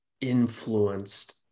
influenced